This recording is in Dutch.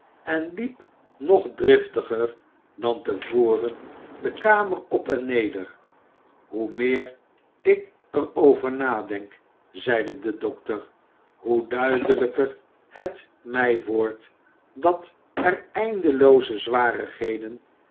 en liep nog driftiger dan te voren de kamer op en neder hoe meer ik er over nadenk zeide de dokter hoe duidelijker het mij wordt dat er eindelooze zwarigheden en